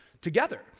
together